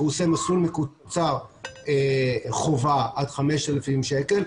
כי הוא עושה מסלול מקוצר חובה עד 5,000 שקל,